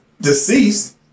deceased